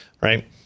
right